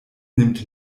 nimmt